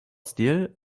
stil